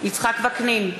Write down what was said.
יצחק וקנין,